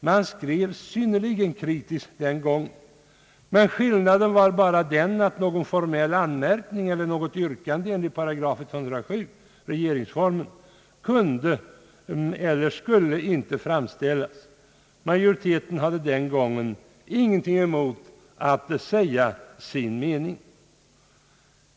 Man skrev synnerligen kritiskt, men skillnaden var bara den att någon formell anmärkning eller något yrkande enligt 107 § regeringsformen inte kunde eller skulle framställas. Majoriteten hade den gången ingenting emot att säga sin mening.